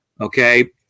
Okay